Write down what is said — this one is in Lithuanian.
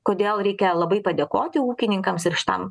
kodėl reikia labai padėkoti ūkininkams ir šitam